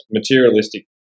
materialistic